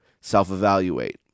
self-evaluate